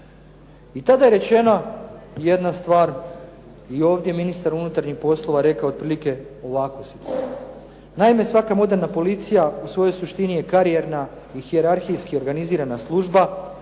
I tada je rečena jedna stvar i ovdje ministar unutarnjih poslova je rekao otprilike ovako. "Naime, svaka moderna policija u svojoj suštini je karijerna i hiearhijski organizirana služba,